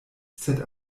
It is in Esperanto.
sed